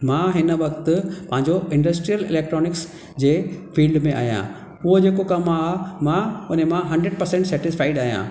मां हिन वक़्ति पंहिंजो इंडस्ट्रियल इलेक्ट्रोनिक्स जे फ़ील्ड में आहियां उहे जेको कमु आ मां हुन मां हंड्रेड परसेंट सेटिफ़ाइड आहियां